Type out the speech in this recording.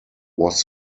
was